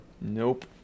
Nope